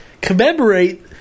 Commemorate